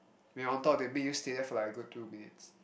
when you on top they make you stay there for like a good two minutes